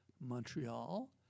Montreal